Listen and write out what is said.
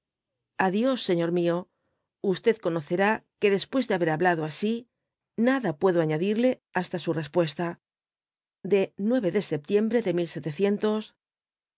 a dios señor mió conocerá que después de haber hablado asi nada puedo añadirle hasta su respuesta de de septiembre de